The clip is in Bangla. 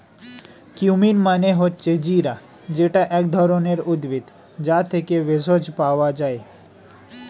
কিউমিন মানে হচ্ছে জিরা যেটা এক ধরণের উদ্ভিদ, যা থেকে ভেষজ পাওয়া যায়